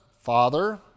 father